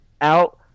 out